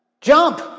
Jump